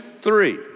three